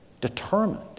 determined